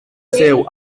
seu